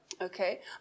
okay